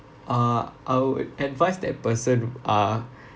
uh I would advise that person uh